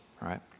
right